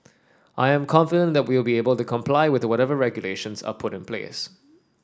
I am confident that we'll be able to comply with whatever regulations are put in place